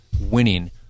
winning